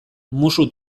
musu